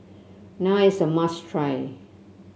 naan is a must try